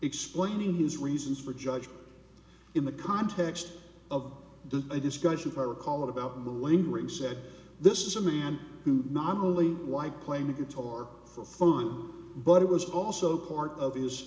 explaining his reasons for judge in the context of the discussion if i recall about the lingering said this is a man who not only why playing the guitar for fun but it was also part of his